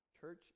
Church